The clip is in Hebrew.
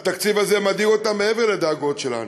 והתקציב הזה מדאיג אותם מעבר לדאגות שלנו.